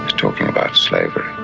talking about slavery.